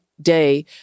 day